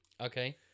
Okay